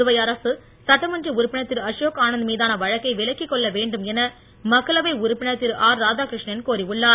புதுவை அரசு சட்டமன்ற உறுப்பினர் திரு அசோக் ஆனந்த் மீதான வழக்கை விலக்கிக் கொள்ள வேண்டும் என மக்களவை உறுப்பினர் திரு ஆர் ராதாகிருஷ்ணன் கோரி உள்ளார்